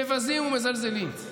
מבזים ומזלזלים.